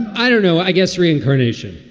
i don't know i guess reincarnation.